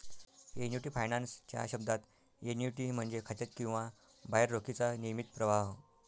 annuity finance च्या शब्दात, annuity म्हणजे खात्यात किंवा बाहेर रोखीचा नियमित प्रवाह